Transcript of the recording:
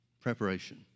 Preparation